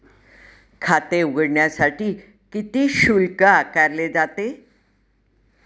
खाते उघडण्यासाठी किती शुल्क आकारले जाते?